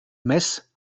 mess